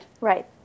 Right